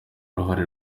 uruhare